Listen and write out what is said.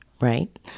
right